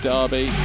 Derby